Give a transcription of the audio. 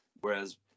Whereas